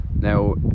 Now